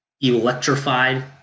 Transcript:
electrified